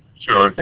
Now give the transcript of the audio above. sure.